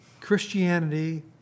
Christianity